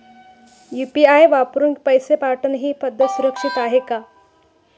UPI वापरून पैसे पाठवणे ही पद्धत सुरक्षित आहे का?